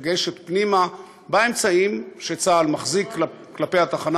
לגשת פנימה באמצעים שצה"ל מחזיק כלפי התחנה